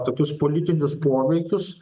tokius politinius poveikius